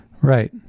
Right